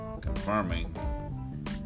confirming